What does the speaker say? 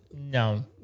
no